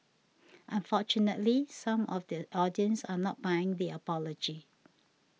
unfortunately some of the audience are not buying the apology